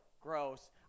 gross